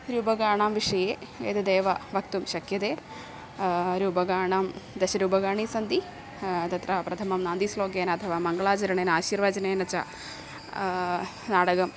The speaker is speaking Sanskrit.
रूपकाणां विषये एतदेव वक्तुं शक्यते रूपकाणां दशरूपकाणि सन्ति तत्र प्रथमं नान्दीश्लोकेन अथवा मङ्गलाचरणेन आशीर्वचनेन च नाटकम्